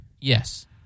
Yes